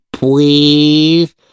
Please